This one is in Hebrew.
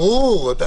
ברור.